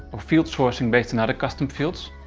or field sourcing based on other custom fields,